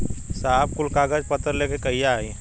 साहब कुल कागज पतर लेके कहिया आई?